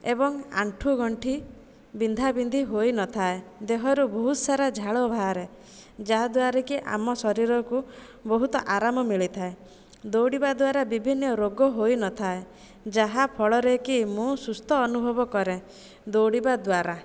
ଏବଂ ଆଣ୍ଠୁଗଣ୍ଠି ବିନ୍ଧାବିନ୍ଧି ହୋଇ ନ ଥାଏ ଦେହରୁ ବହୁତସାରା ଝାଳ ବାହାରେ ଯାହାଦ୍ୱାରା କି ଆମ ଶରୀରକୁ ବହୁତ ଆରାମ ମିଳିଥାଏ ଦୌଡ଼ିବା ଦ୍ଵାରା ବିଭିନ୍ନ ରୋଗ ହୋଇ ନ ଥାଏ ଯାହାଫଳରେ କି ମୁଁ ସୁସ୍ଥ ଅନୁଭବ କରେ ଦୌଡ଼ିବା ଦ୍ଵାରା